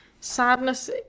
sadness